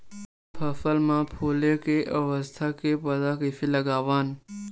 हमन फसल मा फुले के अवस्था के पता कइसे लगावन?